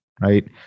right